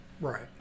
Right